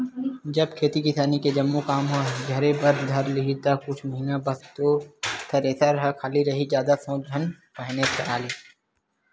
जब खेती किसानी के जम्मो काम ह झरे बर धर लिही ता कुछ महिना बस तोर थेरेसर ह खाली रइही जादा सोच झन फायनेंस करा ले